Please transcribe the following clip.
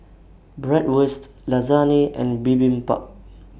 Bratwurst Lasagne and Bibimbap